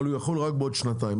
אבל הוא יחול רק בעוד שנתיים,